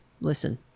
listen